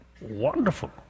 Wonderful